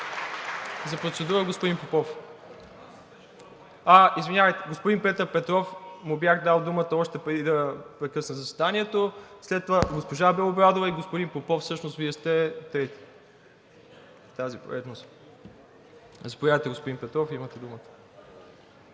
За процедура – господин Петър Петров. Бях му дал думата още преди да прекъсна заседанието, след това госпожа Белобрадова и господин Попов, всъщност сте трети в тази поредност. Заповядайте, господин Петров, имате думата.